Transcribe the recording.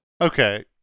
Okay